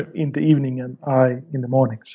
ah in the evening and i in the morning